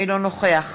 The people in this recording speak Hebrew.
אינו נוכח